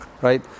right